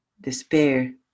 despair